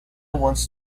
wants